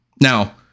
Now